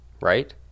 right